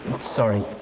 Sorry